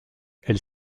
elle